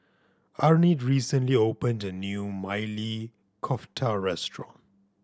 Arnett recently opened a new Maili Kofta Restaurant